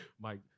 Mike